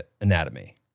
anatomy